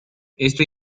esto